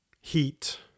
heat